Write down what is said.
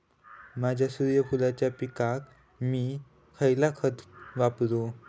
माझ्या सूर्यफुलाच्या पिकाक मी खयला खत वापरू?